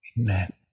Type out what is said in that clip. Amen